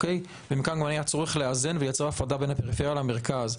ומכאן היה גם צורך לאזן ולייצר הפרדה בין הפריפריה למרכז.